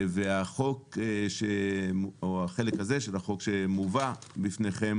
והחוק או החלק הזה של החוק שמובא בפניכם,